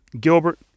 gilbert